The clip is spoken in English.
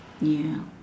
ya